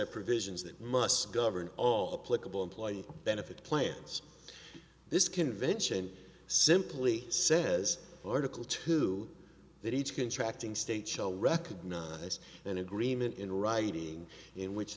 that must govern all political employee benefit plans this convention simply says article two that each contract in state shall recognize an agreement in writing in which